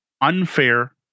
Unfair